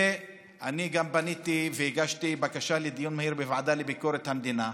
ואני גם פניתי והגשתי בקשה לדיון מהיר בוועדה לביקורת המדינה,